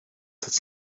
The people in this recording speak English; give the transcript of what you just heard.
that’s